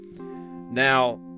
Now